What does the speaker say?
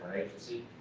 agency,